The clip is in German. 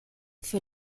für